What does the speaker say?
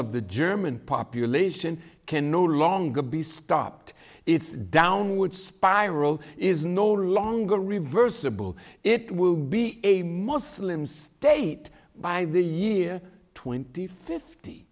of the german population can no longer be stopped its downward spiral is no longer reversible it will be a muslim state by the year twenty fifty